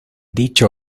dicho